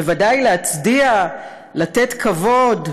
ובוודאי להצדיע, לתת כבוד,